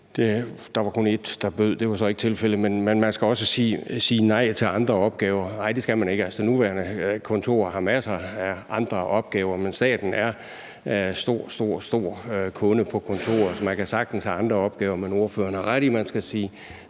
ét advokathus, der bød – det var så ikke tilfældet – og at man også skal sige nej til andre opgaver. Nej, det skal man ikke. Altså, det nuværende kontor har masser af andre opgaver, men staten er en meget, meget stor kunde på kontoret. Så man kan sagtens have andre opgaver. Men ordføreren har ret i, at man skal sige